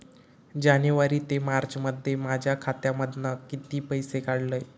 जानेवारी ते मार्चमध्ये माझ्या खात्यामधना किती पैसे काढलय?